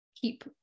keep